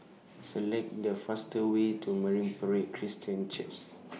Select The fastest Way to Marine Parade Christian Centre